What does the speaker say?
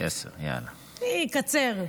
אני אקצר.